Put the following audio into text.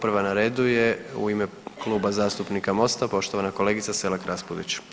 Prva na redu je u ime Kluba zastupnika MOST-a poštovana kolegica Selak Raspudić.